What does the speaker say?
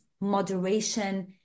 moderation